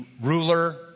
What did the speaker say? ruler